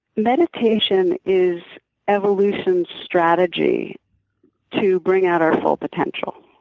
meditation is evolution's strategy to bring out our full potential.